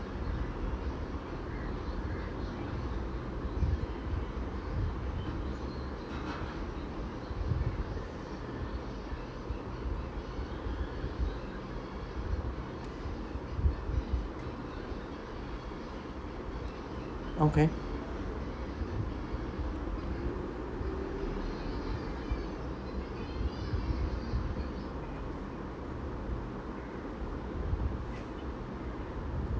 okay